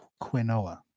quinoa